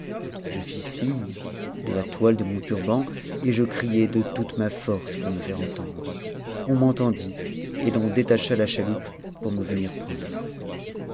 je fis signe de la toile de mon turban et je criai de toute ma force pour me r entendre on m'entendit et l'on détacha la chaloupe pour me p prendre